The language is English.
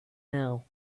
now